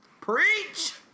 Preach